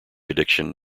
addiction